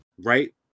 Right